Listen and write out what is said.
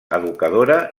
educadora